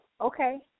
okay